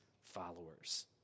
followers